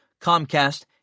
Comcast